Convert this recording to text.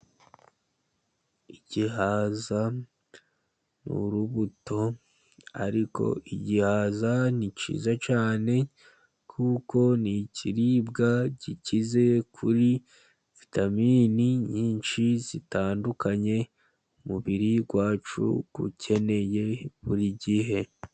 Igihaza ni urubuto, ariko igihaza ni cyiza cyane, kuko ni ikiribwa gikize kuri vitamini nyinshi zitandukanye, umubiri wacu ukeneye buri gihe.